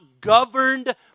governed